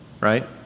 right